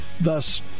Thus